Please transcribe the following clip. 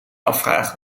afvragen